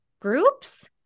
groups